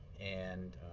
and